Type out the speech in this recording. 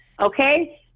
Okay